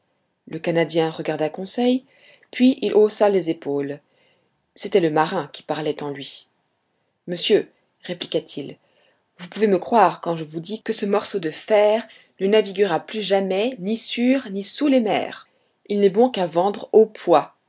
le canadien regarda conseil puis il haussa les épaules c'était le marin qui parlait en lui monsieur répliqua-t-il vous pouvez me croire quand je vous dis que ce morceau de fer ne naviguera plus jamais ni sur ni sous les mers il n'est bon qu'à vendre au poids